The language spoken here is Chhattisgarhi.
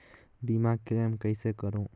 बीमा क्लेम कइसे करों?